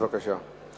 בבקשה.